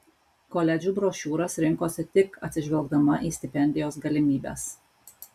koledžų brošiūras rinkosi tik atsižvelgdama į stipendijos galimybes